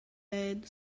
embed